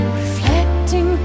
reflecting